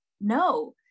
no